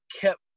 kept